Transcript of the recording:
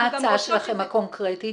מה ההצעה שלכן הקונקרטית?